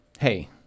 hey